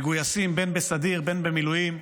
מגויסים בין בסדיר בין במילואים,